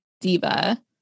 diva